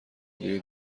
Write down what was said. دیگه